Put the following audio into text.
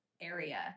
area